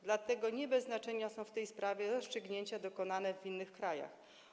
Dlatego też nie bez znaczenia są w tej sprawie rozstrzygnięcia dokonane w innych krajach.